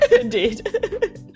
Indeed